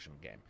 game